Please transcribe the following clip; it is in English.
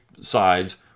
sides